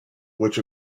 which